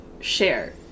share